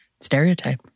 stereotype